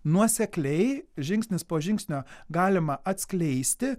nuosekliai žingsnis po žingsnio galima atskleisti